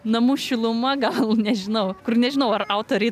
namų šiluma gal nežinau kur nežinau ar autoriai